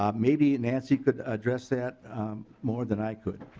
um maybe nancy could address that more than i could.